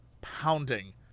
pounding